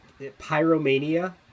pyromania